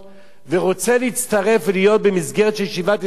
ורוצה להצטרף ולהיות במסגרת של ישיבת הסדר,